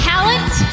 Talent